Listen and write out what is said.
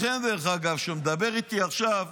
לכן, דרך אגב, כשהוא מדבר איתי עכשיו,